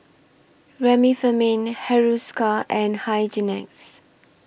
Remifemin Hiruscar and Hygin X